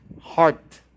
heart